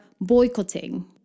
boycotting